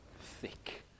thick